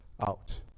out